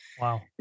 Wow